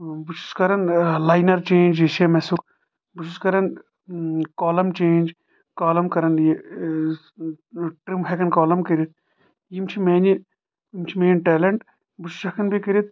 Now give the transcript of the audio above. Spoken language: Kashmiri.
بہٕ چھُس کران لاینر چینج یہِ شے میٚسُک بہٕ چھُس کران کولم چینج کولم کران یہِ ٹرِم ہٮ۪کان کولم کٔرتھ یِم چھِ میانہِ یِم چھِ میٲنۍ ٹیلینٹ بہٕ چھُس ہٮ۪کان بیٚیہِ کٔرتھ